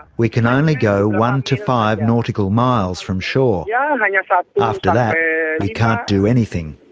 we can only go one to five nautical miles from shore. yeah and and yeah so after that we can't do anything.